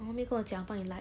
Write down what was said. orh 没有跟我讲我帮你 like